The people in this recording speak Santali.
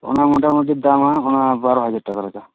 ᱚᱱᱟ ᱢᱚᱴᱟ ᱢᱩᱴᱤ ᱫᱟᱢᱟ ᱚᱱᱟ ᱵᱟᱨᱳ ᱦᱟᱡᱟᱨ ᱴᱟᱠᱟ ᱞᱮᱠᱟ